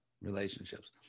relationships